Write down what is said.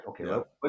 okay